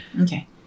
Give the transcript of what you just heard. Okay